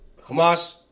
Hamas